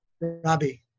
robbie